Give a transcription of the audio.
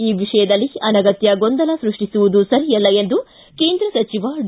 ಈ ವಿಷಯದಲ್ಲಿ ಅನಗತ್ಯ ಗೊಂದಲ ಸೃಷ್ಟಿಸುವುದು ಸರಿಯಲ್ಲ ಎಂದು ಕೇಂದ್ರ ಸಚಿವ ಡಿ